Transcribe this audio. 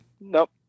Nope